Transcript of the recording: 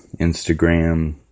Instagram